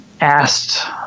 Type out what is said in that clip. asked